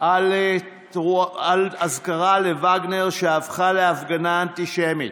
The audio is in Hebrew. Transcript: על אזכרה לווגנר שהפכה להפגנה אנטישמית.